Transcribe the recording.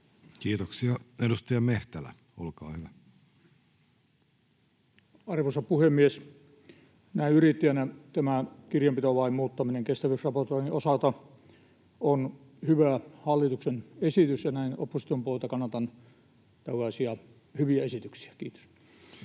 muuttamisesta Time: 18:51 Content: Arvoisa puhemies! Näin yrittäjänä tämä kirjanpitolain muuttaminen kestävyysraportoinnin osalta on hyvä hallituksen esitys, ja näin opposition puolelta kannatan tällaisia hyviä esityksiä. — Kiitos.